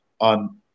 on